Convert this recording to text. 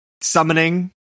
summoning